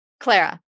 Clara